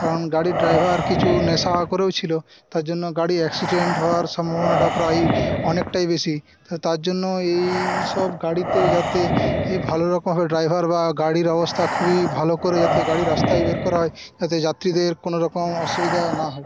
কারণ গাড়ির ড্রাইভার কিছু নেশা করেও ছিল তার জন্য গাড়ি অ্যাক্সিডেন্ট হওয়ার সম্ভাবনাটা প্রায়ই অনেকটাই বেশি তো তার জন্য এইসব গাড়িতে যাতে এ ভালো রকমভাবে ড্রাইভার বা গাড়ির অবস্থা খুবই ভালো করে যাতে গাড়ি রাস্তায় বের করা হয় যাতে যাত্রীদের কোন রকম অসুবিধা না হয়